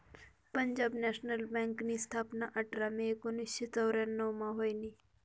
Punjab National बँकनी स्थापना आठरा मे एकोनावीसशे चौर्यान्नव मा व्हयनी